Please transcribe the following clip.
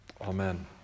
Amen